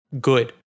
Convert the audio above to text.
good